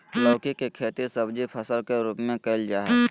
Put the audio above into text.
लौकी के खेती सब्जी फसल के रूप में कइल जाय हइ